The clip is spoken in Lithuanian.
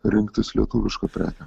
rinktis lietuvišką prekę